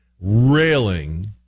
railing